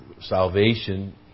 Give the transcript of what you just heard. salvation